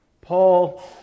Paul